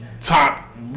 top